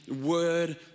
Word